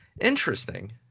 Interesting